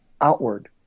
outward